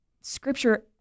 scripture